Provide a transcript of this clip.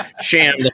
Sham